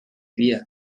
wir